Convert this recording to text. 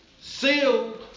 sealed